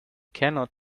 cannot